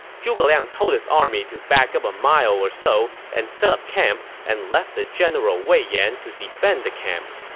zhuge liang told his army to back up a mile or so and set up camp and left the general wei yan to defend the camp.